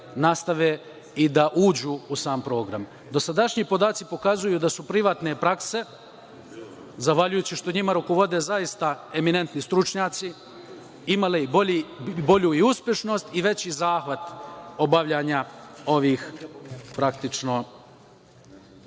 i da uđu u sam program. Dosadašnji podaci pokazuju da su privatne prakse, zahvaljujući što njima rukovode zaista eminentni stručnjaci, imale i bolju uspešnost i veći zahvat obavljanja ovih praktično…